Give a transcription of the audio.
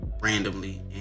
Randomly